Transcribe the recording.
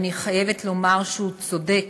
ואני חייבת לומר שהוא צודק: